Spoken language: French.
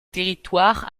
territoire